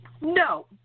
No